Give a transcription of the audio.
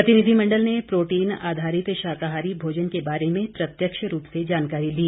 प्रतिनिधिमंडल ने प्रोटीन आधारित शाकाहारी भोजन के बारे में प्रत्यक्ष रूप से जानकारी ली